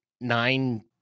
Nine